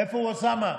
איפה הוא, אוסאמה?